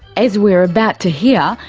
as we're about to hear,